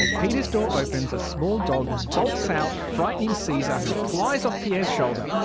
and peter's door opens, a small dog bolts out, frightening caesar who flies off pierre's shoulder.